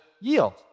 yield